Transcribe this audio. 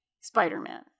Spider-Man